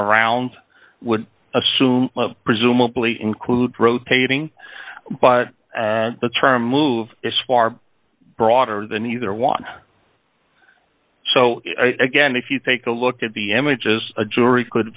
around would assume presumably include rotating but the term move is far broader than either one so again if you take a look at the images a jury could